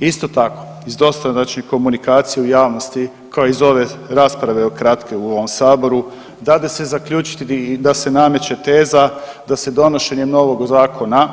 Isto tako, iz dosadašnje komunikacije u javnosti kao iz ove rasprave kratke u ovom saboru dade se zaključiti i da se nameće teza da se donošenjem novog zakona